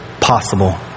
possible